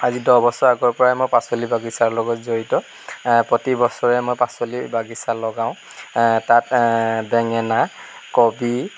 আজি দহবছৰ আগৰ পৰাই মই পাচলি বাগিছাৰ লগত জড়িত প্ৰতি বছৰে মই পাচলি বাগিছা লগাওঁ তাত বেঙেনা কবি